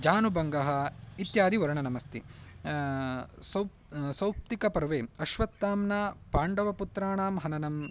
जानुभङ्गः इत्यादिवर्णनम् अस्ति सौ सौप्तिकपर्वे अश्वत्थाम्ना पाण्डवपुत्राणां हननं